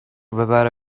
ببره